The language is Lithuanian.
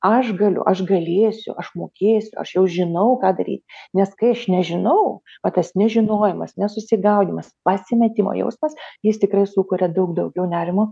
aš galiu aš galėsiu aš mokėsiu aš jau žinau ką daryt nes kai aš nežinau o tas nežinojimas nesusigaudymas pasimetimo jausmas jis tikrai sukuria daug daugiau nerimo